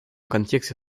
контексте